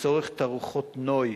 לצורך תערוכות נוי.